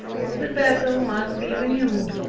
or the battle must be renewed.